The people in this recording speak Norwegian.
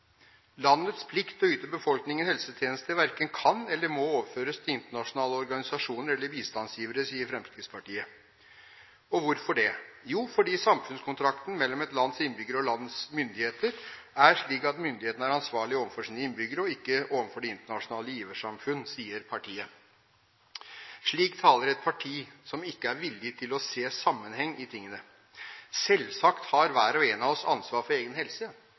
Landets plikt til å yte befolkningen helsetjenester verken kan eller må overføres til internasjonale organisasjoner eller bistandsgivere, sier Fremskrittspartiet. Og hvorfor det? Jo, fordi samfunnskontrakten mellom et lands innbyggere og landets myndigheter er slik at myndighetene er ansvarlig overfor sine innbyggere og ikke overfor det internasjonale giversamfunn, sier partiet. Slik taler et parti som ikke er villig til å se en sammenheng i tingene. Selvsagt har hver og en av oss ansvar for egen helse.